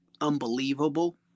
unbelievable